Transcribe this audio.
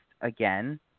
again